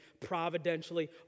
providentially